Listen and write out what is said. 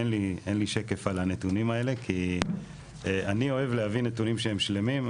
אין לי שקף על הנתונים האלה כי אני אוהב להביא נתונים שהם שלמים,